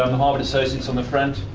um harvard associates on the front.